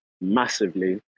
massively